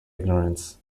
ignorance